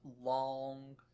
long